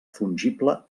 fungible